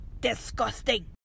Disgusting